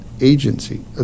agency